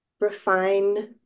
refine